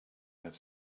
have